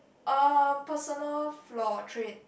uh personal flaw trait